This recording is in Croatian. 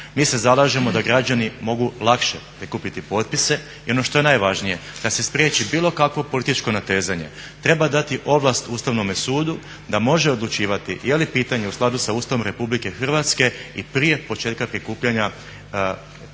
Mi se zalažemo da građani mogu lakše prikupiti potpise i ono što je najvažnije, da se spriječi bilo kakvo političko natezanje treba dati ovlast Ustavnom sudu da može odlučivati je li pitanje u skladu sa Ustavom Republike Hrvatske i prije početka prikupljanja